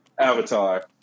Avatar